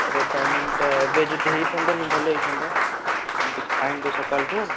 order ଟାଇମିଙ୍ଗଟା ଏବେ ଯଦି ହେଇଥାନ୍ତା ନା ଭଲ ହେଇଥାନ୍ତା ଆମେ କିଛି ଖାଇନୁ ତ ସକାଳଠୁ